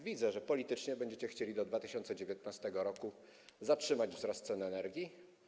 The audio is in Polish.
Widzę, że politycznie będziecie chcieli do 2019 r. zatrzymać wzrost cen energii.